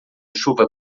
chuva